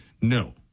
No